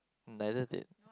neither did